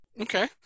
okay